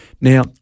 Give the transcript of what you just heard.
Now